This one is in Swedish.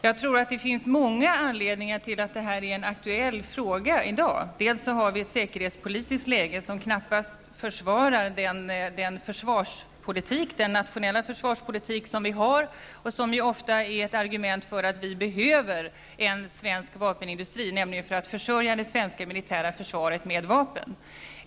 Jag tror att det finns många anledningar till att detta är en aktuell fråga i dag. Bl.a. har vi ett säkerhetspolitiskt läge som knappast försvarar den nationella försvarspolitik som vi för och som ju ofta är ett argument för att vi behöver en svensk vapenindustri, nämligen för att försörja det svenska militära försvaret med vapen.